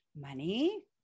money